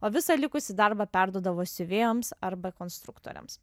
o visą likusį darbą perduodavo siuvėjoms arba konstruktoriams